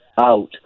out